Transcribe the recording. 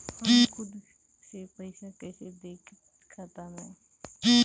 हम खुद से पइसा कईसे देखी खाता में?